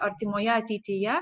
artimoje ateityje